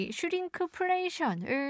Shrinkflation을